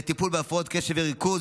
לטיפול בהפרעות קשב וריכוז,